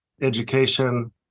education